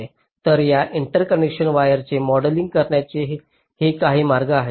तर या इंटरकनेक्शन वायरचे मॉडेलिंग करण्याचे हे काही मार्ग आहेत